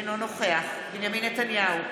אינו נוכח בנימין נתניהו,